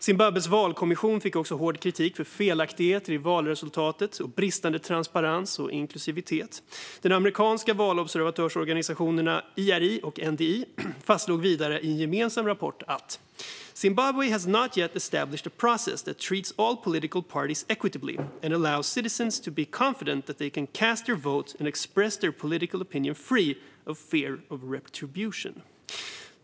Zimbabwes valkommission fick också hård kritik för felaktigheter i valresultatet och bristande transparens och inklusivitet. De amerikanska valobservatörsorganisationerna IRI och NDI fastslog vidare i en gemensam rapport följande: "Zimbabwe has not yet established a process that treats all political parties equitably and allows citizens to be confident that they can cast their vote and express their political opinion free from fear of retribution."